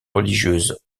religieuse